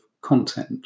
content